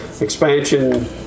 expansion